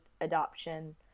adoption